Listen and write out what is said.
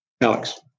Alex